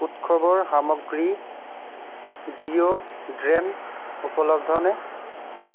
উৎসৱৰ সামগ্ৰী ডিঅ'ড্ৰেণ্ট উপলব্ধনে